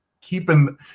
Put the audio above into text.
keeping